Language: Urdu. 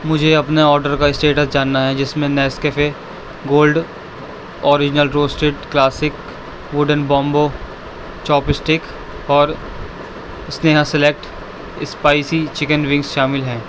مجھے اپنے آرڈر کا اسٹیٹس جاننا ہے جس میں Nescafe gold original roasted classic wooden bamboo chopstick اور Sneha select spicy chicken wings شامل ہیں